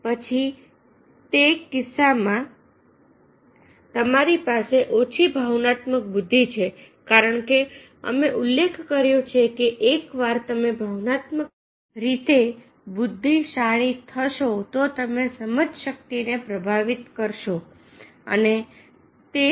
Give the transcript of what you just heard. પછી તે કિસ્સામાં તમારી પાસે ઓછી ભાવનાત્મક બુદ્ધિ છે કારણકે અમે ઉલ્લેખ કર્યો છે કે એકવાર તમે ભાવનાત્મક રીતે બુદ્ધિશાળી થશો તો તમે સમજશક્તિને પ્રભાવિત કરશે અને તે સમજશક્તિ સાથે જોડાશે